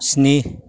स्नि